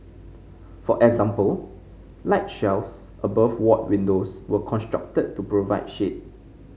for example light shelves above ward windows were constructed to provide shade